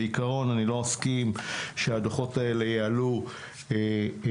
בעקרון אני לא אסכים שהדו"חות האלה יעלו אבק